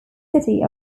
city